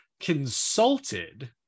consulted